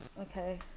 Okay